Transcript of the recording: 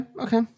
okay